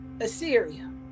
Assyria